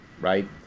right